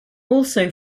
also